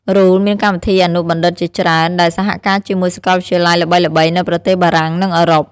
RULE មានកម្មវិធីអនុបណ្ឌិតជាច្រើនដែលសហការជាមួយសាកលវិទ្យាល័យល្បីៗនៅប្រទេសបារាំង និងអឺរ៉ុប។